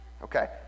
Okay